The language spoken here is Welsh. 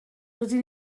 rydyn